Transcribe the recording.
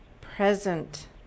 present